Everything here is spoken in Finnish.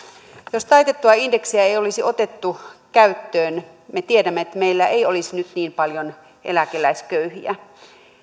jos taitettua indeksiä ei olisi otettu käyttöön meillä ei olisi nyt niin paljon eläkeläisköyhiä